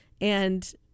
And-